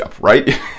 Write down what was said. right